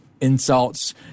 insults